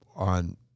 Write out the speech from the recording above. on